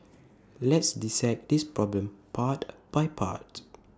let's dissect this problem part by part